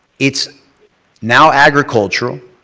it's now agricultural,